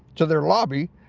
to their lobby,